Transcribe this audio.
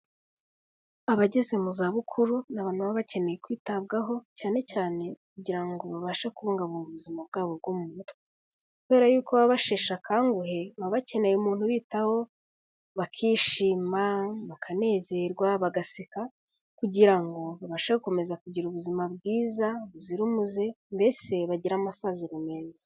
Abageze mu zabukuru ni abantu baba bakeneye kwitabwaho, cyane cyane kugira ngo babashe kubungabunga ubuzima bwabo bwo mu mutwe. Kubera yuko baba basheshe akanguhe baba bakeneye umuntu ubitaho, bakishima, bakanezerwa, bagaseka kugira ngo babashe gukomeza kugira ubuzima bwiza buzira umuze, mbese bagire amasaziro meza.